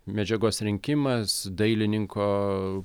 medžiagos rinkimas dailininko